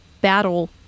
battle